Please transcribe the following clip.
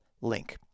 link